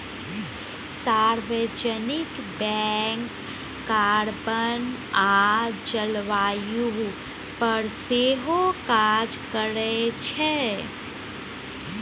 सार्वजनिक bank carbon आ जलबायु पर सेहो काज करै छै